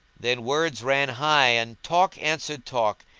then words ran high and talk answered talk,